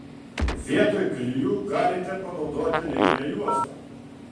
vietoj klijų galite panaudoti lipnią juostą